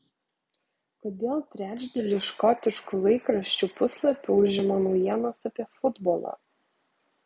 kodėl trečdalį škotiškų laikraščių puslapių užima naujienos apie futbolą